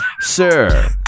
Sir